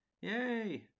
yay